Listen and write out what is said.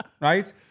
right